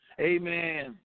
Amen